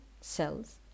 cells